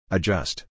Adjust